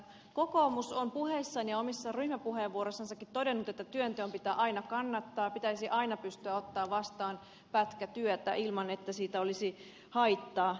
kokoomus on puheissaan ja omassa ryhmäpuheenvuorossansakin todennut että työnteon pitää aina kannattaa pitäisi aina pystyä ottamaan vastaan pätkätyötä ilman että siitä olisi haittaa